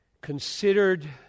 considered